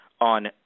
on